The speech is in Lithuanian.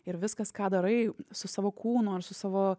ir viskas ką darai su savo kūnu ar su savo